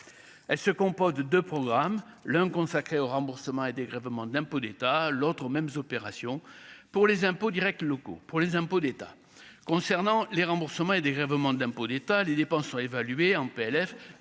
elle se compose de 2 programmes : l'un consacré aux remboursements et dégrèvements d'impôts d'État, l'autre mêmes opération pour les impôts Directs locaux pour les impôts d'État concernant les remboursements et dégrèvements d'impôts d'État les dépenses soient évalués en PLF